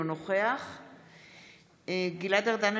אינו נוכח גלעד ארדן,